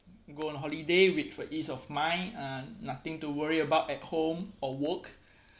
go on holiday with a ease of mind uh nothing to worry about at home or work